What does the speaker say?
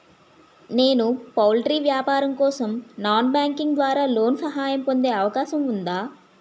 నేను పౌల్ట్రీ వ్యాపారం కోసం నాన్ బ్యాంకింగ్ ద్వారా లోన్ సహాయం పొందే అవకాశం ఉందా?